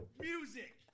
music